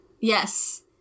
Yes